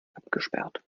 abgesperrt